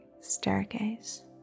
staircase